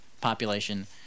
population